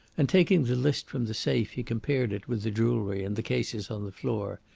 and, taking the list from the safe, he compared it with the jewellery in the cases on the floor,